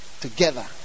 together